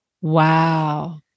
Wow